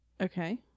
Okay